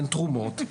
אין תרומות,